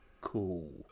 cool